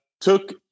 took